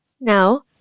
Now